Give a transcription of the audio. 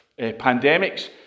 pandemics